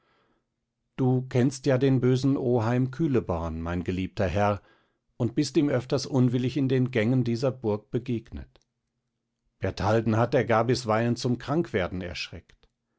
du kennst ja den bösen oheim kühleborn mein geliebter herr und bist ihm öfters unwillig in den gängen dieser burg begegnet bertalden hat er gar bisweilen zum krankwerden erschreckt